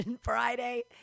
Friday